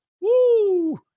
Woo